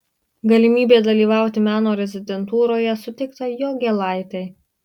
galimybė dalyvauti meno rezidentūroje suteikta jogėlaitei